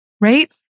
right